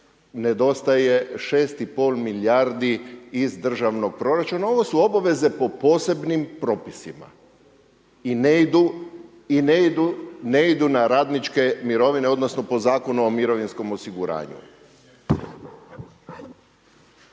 nedostaje 6 i pol milijardi iz državnog proračuna. Ovo su obaveze po posebnim propisima i ne idu na radničke mirovine, odnosno po Zakonu o mirovinskom osiguranju.